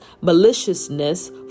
maliciousness